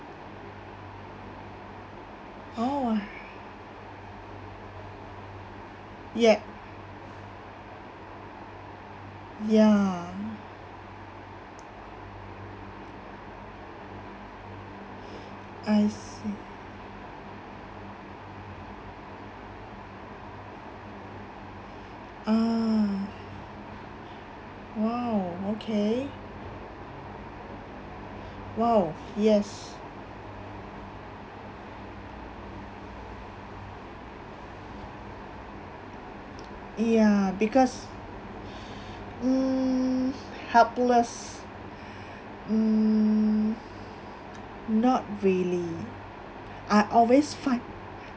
oh yup ya I see ah !wow! okay !wow! yes ya because mm helpless mm not really I always find